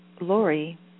Lori